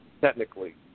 technically